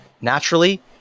naturally